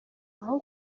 aho